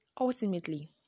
Ultimately